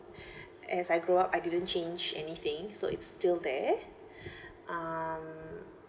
as I grow up I didn't change anything so it's still there um